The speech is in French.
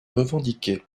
revendiqué